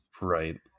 Right